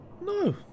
No